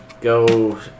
go